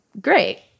great